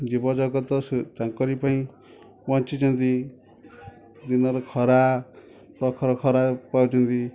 ଜୀବଜଗତ ସୁ ତାଙ୍କରି ପାଇଁ ବଞ୍ଚିଛନ୍ତି ଦିନରେ ଖରା ପ୍ରଖର ଖରା ପାଉଛନ୍ତି